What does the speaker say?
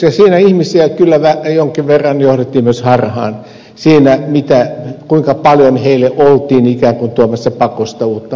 siinä ihmisiä kyllä jonkin verran johdettiin myös harhaan siinä kuinka paljon heille oltiin ikään kuin tuomassa pakosta uutta maksettavaa